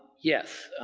yes.